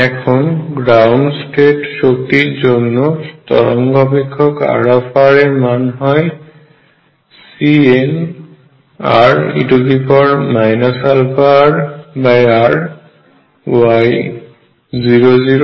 এখন ground state শক্তির জন্য তরঙ্গ অপেক্ষকের R এর মান হয় Cnre αrrY00θϕ